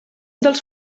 dels